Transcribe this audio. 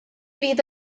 fydd